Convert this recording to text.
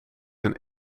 een